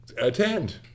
attend